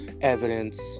Evidence